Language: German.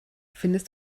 findest